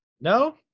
No